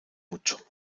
mucho